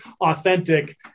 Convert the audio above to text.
authentic